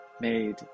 made